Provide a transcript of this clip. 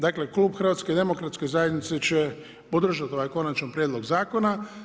Dakle Klub HDZ-a će podržati ovaj konačni prijedlog zakona.